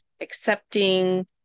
accepting